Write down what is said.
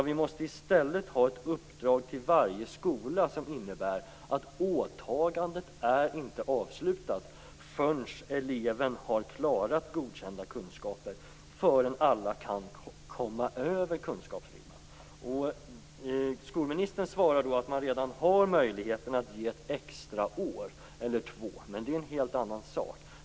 Vi måste i stället ha ett uppdrag till varje skola som innebär att åtagandet inte är avslutat förrän eleven har klarat godkända kunskaper och inte förrän alla kan komma över kunskapsribban. Skolministern svarar att man redan har möjligheten att ge ett extra år eller två. Men det är en helt annan sak.